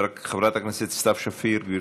חברת הכנסת סתיו שפיר, גברתי,